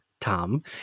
tom